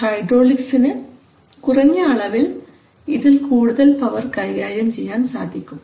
ഹൈഡ്രോളിക്സിനു കുറഞ്ഞ അളവിൽ ഇതിൽ കൂടുതൽ പവർ കൈകാര്യം ചെയ്യാൻ സാധിക്കും